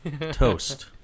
Toast